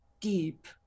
deep